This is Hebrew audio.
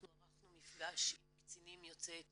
אנחנו ערכנו מפגש עם קצינים יוצאי אתיופיה,